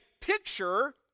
picture